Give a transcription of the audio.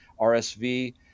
RSV